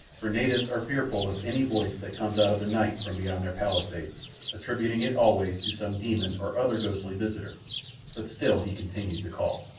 for natives are fearful of any voice that comes out of the night from beyond their palisades, attributing it always to some demon or other ghostly visitor but still he continued to call.